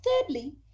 thirdly